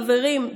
חברים,